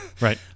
right